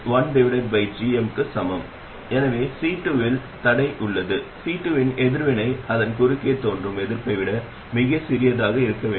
மற்றும் பொதுவான மூல பெருக்கி நிச்சயமாக மிகவும் ஒத்ததாக உள்ளது தவிர எதிர்ப்பு இல்லை மற்றும் மூலமானது தரையில் இணைக்கப்பட்டுள்ளது